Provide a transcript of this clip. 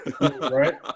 Right